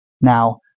Now